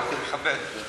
אנחנו נכבד.